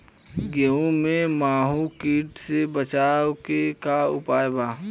गेहूँ में माहुं किट से बचाव के का उपाय बा?